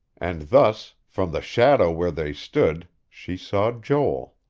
and thus, from the shadow where they stood, she saw joel.